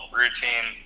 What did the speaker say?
routine